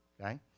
okay